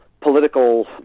political